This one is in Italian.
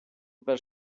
per